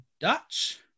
Dutch